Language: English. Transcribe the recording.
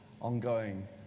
ongoing